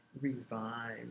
revive